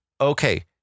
Okay